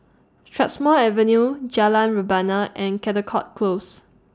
Strathmore Avenue Jalan Rebana and Caldecott Close